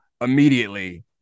immediately